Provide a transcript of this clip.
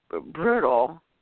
brutal